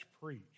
preach